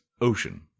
ocean